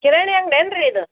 ಕಿರಾಣಿ ಅಂಗಡಿ ಏನು ರೀ ಇದು